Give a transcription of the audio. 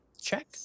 check